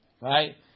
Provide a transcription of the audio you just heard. Right